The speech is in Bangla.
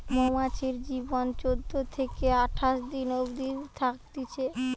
মৌমাছির জীবন চোদ্দ থিকে আঠাশ দিন অবদি থাকছে